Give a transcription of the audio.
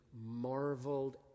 marveled